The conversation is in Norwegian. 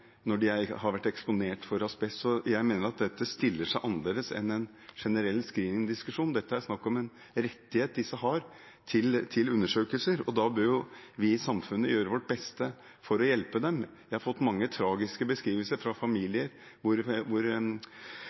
når de har vært eksponert for asbest, så jeg mener at dette stiller seg annerledes enn en generell screeningdiskusjon. Dette er snakk om en rettighet disse har til undersøkelser, og da bør vi i samfunnet gjøre vårt beste for å hjelpe dem. Jeg har fått mange tragiske beskrivelser fra familier hvor